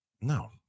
no